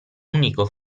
unico